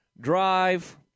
Drive